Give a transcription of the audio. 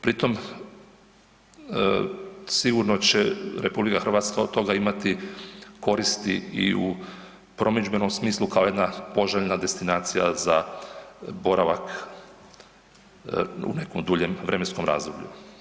Pri tom sigurno će RH od toga imati koristi i u promidžbenom smislu kao jedna poželjna destinacija za boravak u nekom duljem vremenskom razdoblju.